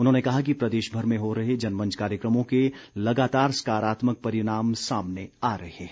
उन्होंने कहा कि प्रदेशभर में हो रहे जनमंच कार्यक्रमों के लगातार सकारात्मक परिणाम सामने आ रहे हैं